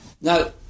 Now